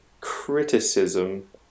criticism